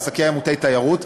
בעסקים מוטי-תיירות,